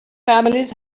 families